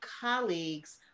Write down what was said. colleagues